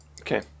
Okay